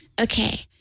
Okay